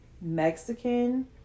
Mexican